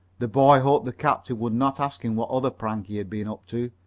the boy hoped the captain would not ask him what other prank he had been up to,